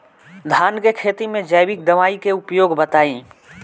धान के खेती में जैविक दवाई के उपयोग बताइए?